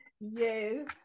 Yes